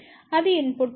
అది input power